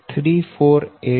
242 0